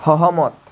সহমত